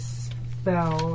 spell